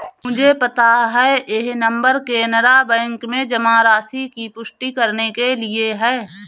मुझे पता है यह नंबर कैनरा बैंक में जमा राशि की पुष्टि करने के लिए है